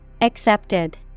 Accepted